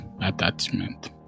attachment